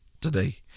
Today